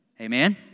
amen